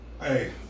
Hey